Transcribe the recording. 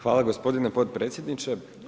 Hvala gospodine potpredsjedniče.